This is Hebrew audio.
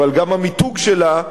אבל גם המיתוג שלה,